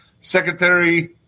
Secretary